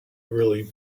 really